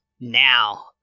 now